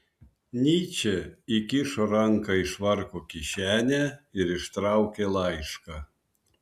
nyčė įkišo ranką į švarko kišenę ir ištraukė laišką